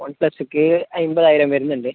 one പ്ലസുക്ക് അൻപതായിരം വരുന്നുണ്ട്